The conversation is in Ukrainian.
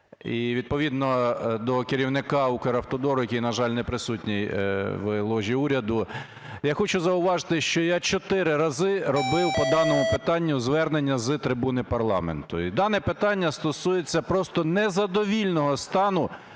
і, відповідно, до керівника Укравтодору, який, на жаль, не присутній в ложі уряду. Я хочу зауважити, що я чотири рази робив по даному питанню звернення з трибуни парламенту. І дане питання стосується просто незадовільного стану